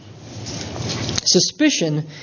Suspicion